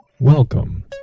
Welcome